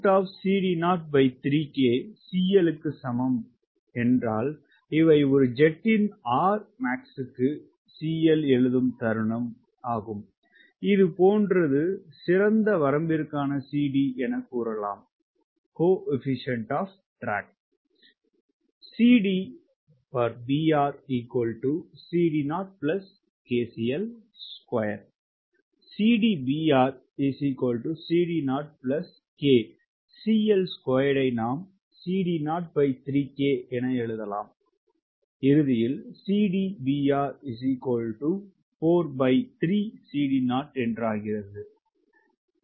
slide நேரம் 0512 ஐப் பார்க்கவும் CL க்கு சமம் இவை ஒரு ஜெட்டின் R max க்கு CL எழுதும் தருணம் இது போன்றது சிறந்த வரம்பிற்கான CD